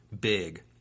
big